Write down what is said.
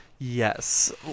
Yes